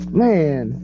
man